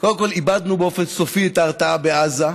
קודם כול איבדנו באופן סופי את ההרתעה בעזה,